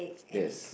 yes